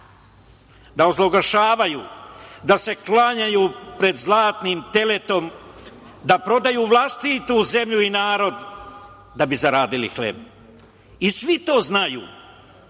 da ozloglašavaju, da se klanjaju pred zlatnim teletom, da prodaju vlastitu zemlju i narod da bi zaradili hleb, i svi to znaju.